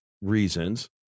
reasons